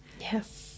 yes